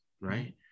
right